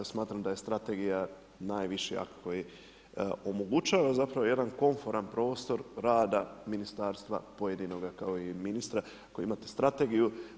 Smatram da je strategija najviši akt koji omogućava jedan komforan prostor rada ministarstva pojedinoga kao i ministra koji imate strategiju.